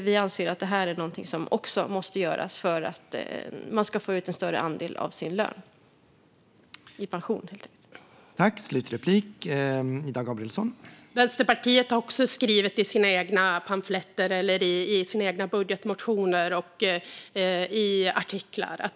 Vi anser att det är någonting som också måste göras för att människor ska få ut en större andel av sin lön i pension helt enkelt.